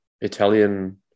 Italian